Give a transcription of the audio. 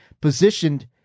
positioned